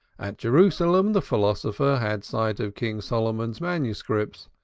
at jerusalem the philosopher had sight of king solomon's manuscripts,